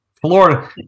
Florida